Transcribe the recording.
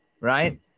right